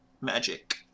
Magic